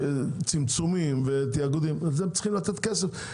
צמצומים ותאגוד הם צריכים לתת כסף.